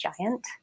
Giant